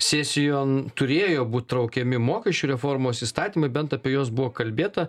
sesijon turėjo būti traukiami mokesčių reformos įstatymai bent apie juos buvo kalbėta